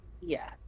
Yes